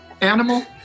animal